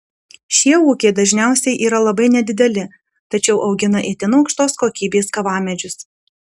šie ūkiai dažniausiai yra labai nedideli tačiau augina itin aukštos kokybės kavamedžius